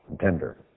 tender